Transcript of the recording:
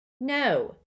No